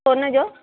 सोन जो